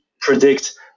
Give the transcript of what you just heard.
predict